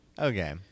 Okay